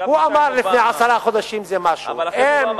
ואחרי הפגישה עם אובמה,